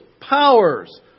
powers